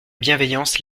bienveillance